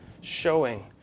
showing